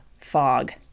fog